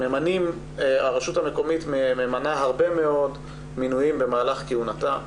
הרשות המקומית ממנה הרבה מאוד מינויים במהלך כהונתה.